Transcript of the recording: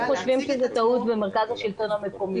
אנחנו במרכז השלטון המקומי חושבים שזאת טעות.